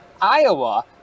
Iowa –